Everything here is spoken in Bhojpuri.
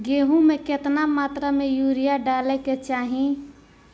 गेहूँ में केतना मात्रा में यूरिया डाले के चाही?